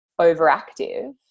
overactive